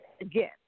Again